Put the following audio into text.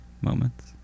moments